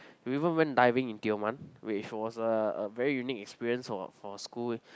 we even went diving in Tioman which was a a very unique experience for for a school